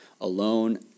alone